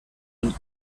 und